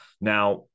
now